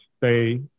stay